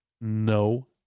no